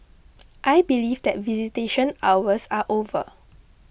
I believe that visitation hours are over